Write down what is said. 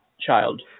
child